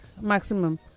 maximum